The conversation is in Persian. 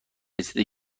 رسیده